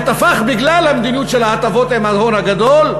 שתפח בגלל המדיניות של ההטבות עם ההון הגדול,